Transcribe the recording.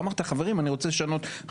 ואמרת: אני רוצה לשנות.